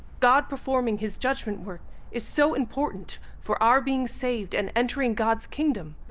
god performing his judgment work is so important for our being saved and entering god's kingdom.